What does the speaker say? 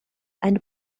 and